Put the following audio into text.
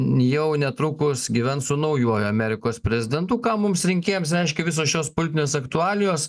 jau netrukus gyvens su naujuoju amerikos prezidentu ką mums rinkėjams reiškia visos šios politinės aktualijos